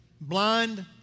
blind